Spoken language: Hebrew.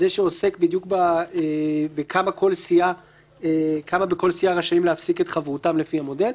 זה שעוסק בדיוק כמה בכל סיעה רשאים להפסיק את חברותם לפי המודל.